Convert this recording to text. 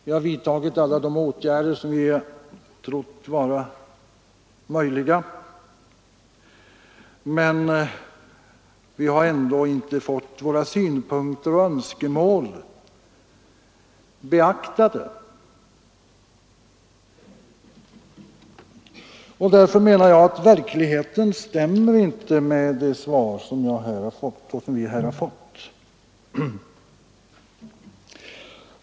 Vi har vidtagit alla de åtgärder som vi har trott vara möjliga men har ändå inte fått våra synpunkter och önskemål beaktade. Därför menar jag att verkligheten inte stämmer med det svar som vi här har fått.